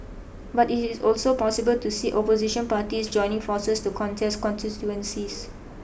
but it is also possible to see Opposition parties joining forces to contest constituencies